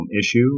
issue